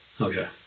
Okay